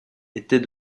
était